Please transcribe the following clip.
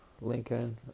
Lincoln